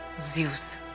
Zeus